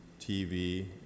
TV